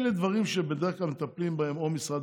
אלה דברים שבדרך כלל מטפלים בהם או משרד